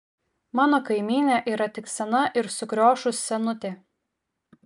mano kaimynė yra tik sena ir sukriošus senutė